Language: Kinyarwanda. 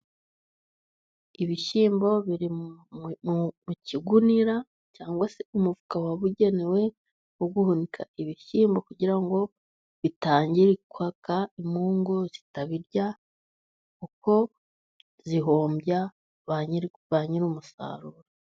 Ibishyimbo biri mu kigunira cyangwa se umufuka wabugenewe wo guhunika ibishyimbo, kugira ngo bitangirika, imungu ngo zitabirya kuko zihombya ba nyir'umusaruro.